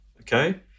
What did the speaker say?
okay